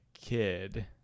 kid